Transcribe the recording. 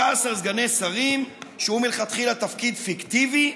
16 סגני שרים, שזה מלכתחילה תפקיד פיקטיבי,